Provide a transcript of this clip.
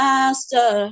Master